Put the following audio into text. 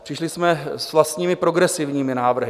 Přišli jsme s vlastními progresivními návrhy.